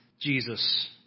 Jesus